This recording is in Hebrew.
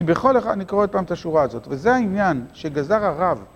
בכל אחד אני קורא עוד פעם את השורה הזאת, וזה העניין שגזר הרב.